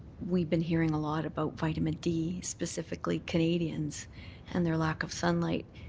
we've been hearing a lot about vitamin d specifically canadians and their lack of sunlight.